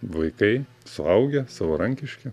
vaikai suaugę savarankiški